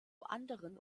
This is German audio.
anderen